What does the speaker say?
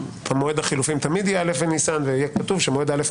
שמועד החילופים תמיד יהיה א' בניסן ויהיה כתוב שמועד א'